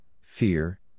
fear